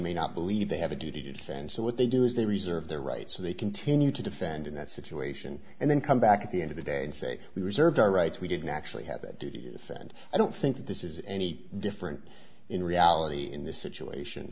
may not believe they have a duty to defend so what they do is they reserve the right so they continue to defend that situation and then come back at the end of the day and say we reserved our rights we didn't actually have it sent i don't think this is any different in reality in this situation